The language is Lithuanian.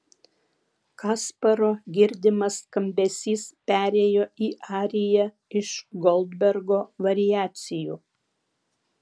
kasparo girdimas skambesys perėjo į ariją iš goldbergo variacijų